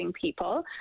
people